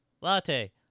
latte